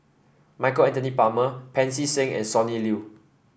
Michael Anthony Palmer Pancy Seng and Sonny Liew